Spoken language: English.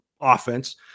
offense